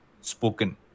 spoken